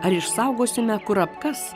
ar išsaugosime kurapkas